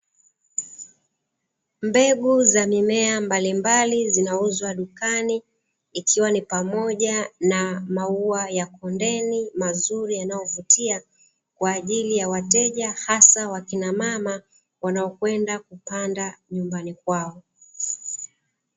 Mbegu za mimea mbalimbali, zinauzwa dukani, ikiwa ni pamoja na maua ya kondeni, mazuri yanayovutia kwa ajili ya wateja hasa wakina mama wanaokwenda kupanda nyumbani kwao.